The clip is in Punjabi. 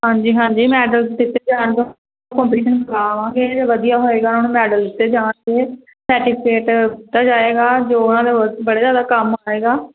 ਹਾਂਜੀ ਹਾਂਜੀ ਮੈਡਲ ਦਿੱਤੇ ਜਾਣਗੇ ਕਰਾਵਾਂਗੇ ਵਧੀਆ ਹੋਏਗਾ ਹੁਣ ਮੈਡਲ ਦਿੱਤੇ ਜਾਣਗੇ ਸਰਟੀਫਿਕੇਟ ਦਿੱਤਾ ਜਾਏਗਾ ਜੋ ਉਹਨਾਂ ਨੇ ਬੜੇ ਜਿਆਦਾ ਕੰਮ ਆਏਗਾ